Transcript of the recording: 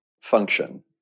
function